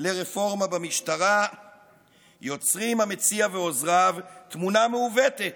לרפורמה במשטרה יוצרים המציע ועוזריו תמונה מעוותת.